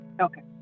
Okay